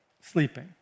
sleeping